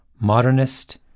modernist